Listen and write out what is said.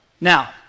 Now